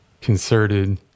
concerted